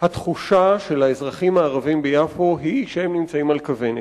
התחושה של האזרחים הערבים ביפו היא שהם נמצאים על הכוונת.